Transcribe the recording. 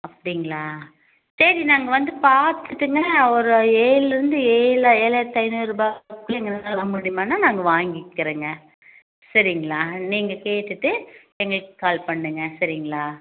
அப்படிங்களா சரி நாங்கள் வந்து பார்த்துட்டுங்க ஒரு ஏழிலேருந்து ஏழா ஏழாயிரத்து ஐநூறுருபாக்குள்ள எங்களால் தர முடியுமானால் நாங்கள் வாங்கிக்கிறேங்க சரிங்களா நீங்கள் கேட்டுவிட்டு எங்களுக்கு கால் பண்ணுங்க சரிங்களா